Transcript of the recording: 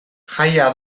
jaia